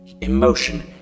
emotion